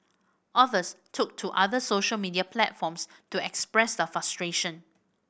others took to other social media platforms to express their frustration